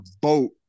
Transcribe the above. boat